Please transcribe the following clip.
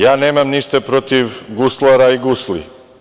Ja nemam ništa protiv guslara i gusli.